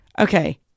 okay